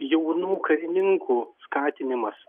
jaunų karininkų skatinimas